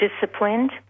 disciplined